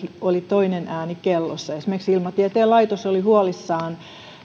oli toinen ääni kellossa esimerkiksi ilmatieteen laitos oli huolissaan